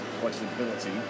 flexibility